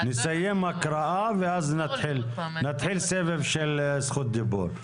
נסיים הקראה ונתחיל סבב של זכות דיבור.